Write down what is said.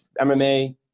MMA